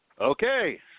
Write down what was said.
Okay